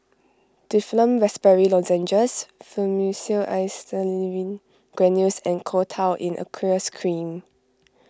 Difflam Raspberry Lozenges Fluimucil Acetylcysteine Granules and Coal Tar in Aqueous Cream